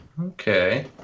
Okay